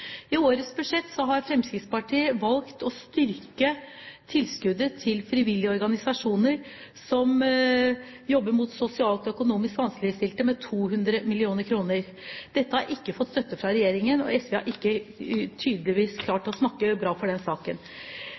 I årets budsjett har Fremskrittspartiet valgt å styrke tilskuddet til frivillige organisasjoner som jobber opp mot sosialt og økonomisk vanskeligstilte, med 200 mill. kr. Dette har ikke fått støtte fra regjeringen, og SV har tydeligvis ikke klart å snakke bra for den saken.